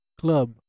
club